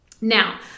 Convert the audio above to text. Now